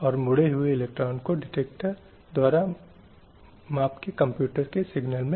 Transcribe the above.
इस अर्थ में कि पुरुष और महिलाएँ समान हैं कि गरिमा के बिना जीवन का उनका अधिकार कुछ ऐसा नहीं है जिसका एक विशेष उल्लेख हो